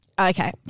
Okay